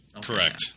Correct